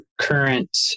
current